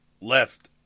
left